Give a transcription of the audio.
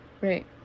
right